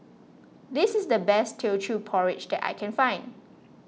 this is the best Teochew Porridge that I can find